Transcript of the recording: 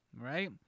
right